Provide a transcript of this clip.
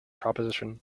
proposition